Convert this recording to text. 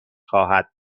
خواهد